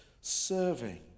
serving